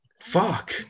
Fuck